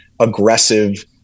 aggressive